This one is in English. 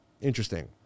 Interesting